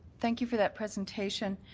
thank you for that presentation.